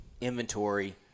inventory